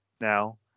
now